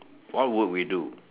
what would we do